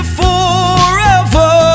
forever